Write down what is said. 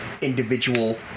individual